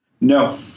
No